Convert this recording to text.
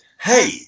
Hey